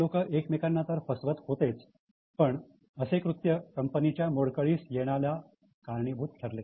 हे लोक एकमेकांना तर फसवतच होते पण असे कृत्य कंपनीच्या मोडकळीस येण्याला कारणीभूत ठरले